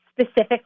specific